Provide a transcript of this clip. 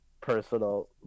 personal